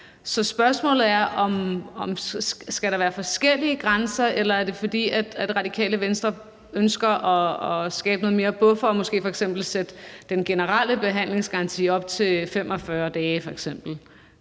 Så spørgsmålet er: Skal der være forskellige grænser, eller er det, fordi Radikale Venstre ønsker at skabe en større buffer og måske f.eks. sætte den generelle behandlingsgaranti op til 45 dage?